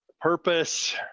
purpose